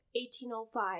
1805